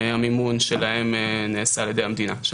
המימון של הבדיקות שלהם נעשה על-ידי המדינה.